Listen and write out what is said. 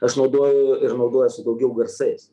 aš naudoju ir naudojuosi daugiau garsais